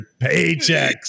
paychecks